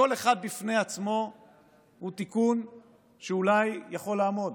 כל אחד בפני עצמו הוא תיקון שאולי יכול לעמוד